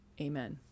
Amen